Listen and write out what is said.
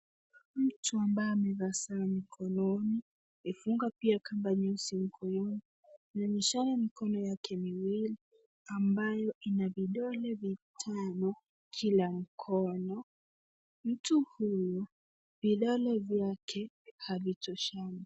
Mtu ambaye amevaa saa mkononi. Amefunga pia kamba nyeusi mkononi. Anaonyesha mikono yake miwili ambayo yana vidole vitano kila mkono. Mtu huyu, vidole vyake havitoshani.